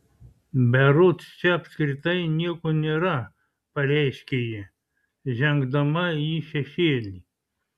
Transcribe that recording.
berods čia apskritai nieko nėra pareiškė ji žengdama į šešėlį